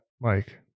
Mike